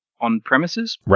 on-premises